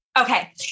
okay